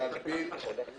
להגביל